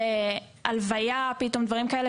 יצאו להלוויה ודברים כאלה.